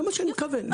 זה מה שאני מכוון.